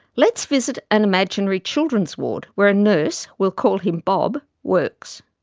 let's visit an imaginary children's ward where a nurse we'll call him bob works.